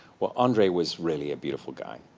well, andre was really a beautiful guy.